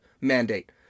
mandate